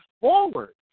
forward